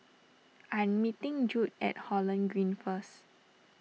I am meeting Jude at Holland Green first